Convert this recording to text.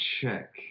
check